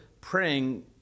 praying